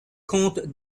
comte